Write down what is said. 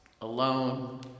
alone